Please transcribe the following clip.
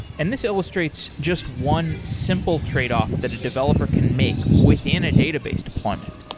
and this illustrates just one simple trade-off that a developer can make within a database deployment.